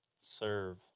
serve